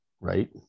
Right